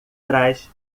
trás